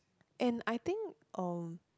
and I think um